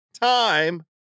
time